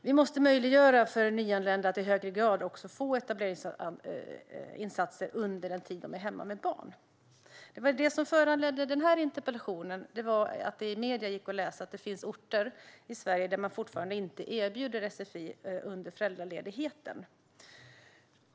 Vi måste möjliggöra för nyanlända att i högre grad få etableringsinsatser under den tid de är hemma med barn. Det som föranledde denna interpellation var att det i medierna gick att läsa att det finns orter där man inte erbjuder sfi under föräldraledigheten.